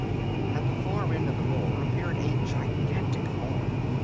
at the far end of the moor appeared a gigantic form,